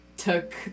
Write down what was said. took